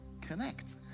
connect